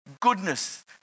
goodness